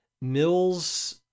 mills